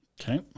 Okay